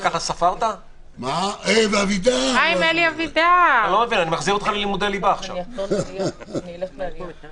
האם זה בהכרח צדק או התייעלות וצדק יכולים להיות לעיתים